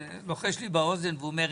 לוחש לי באוזן והוא אומר,